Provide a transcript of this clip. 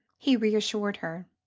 he reassured her.